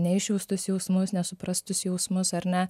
neišjaustus jausmus nesuprastus jausmus ar ne